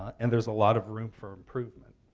and there's a lot of room for improvement.